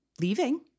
leaving